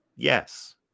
yes